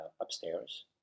upstairs